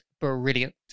brilliant